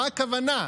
מה הכוונה,